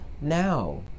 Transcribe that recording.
now